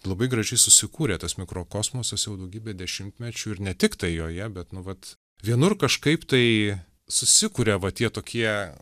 labai gražiai susikūrė tas mikrokosmosas jau daugybę dešimtmečių ir ne tiktai joje bet nu vat vienur kažkaip tai susikuria va tie tokie